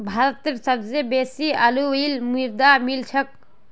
भारतत सबस बेसी अलूवियल मृदा मिल छेक